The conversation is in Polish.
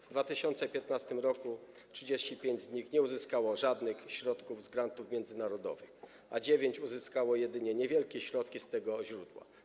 W 2015 r. 35 z nich nie uzyskało żadnych środków z grantów międzynarodowych, a dziewięć uzyskało jedynie niewielkie środki z tego źródła.